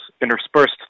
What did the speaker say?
interspersed